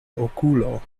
okulo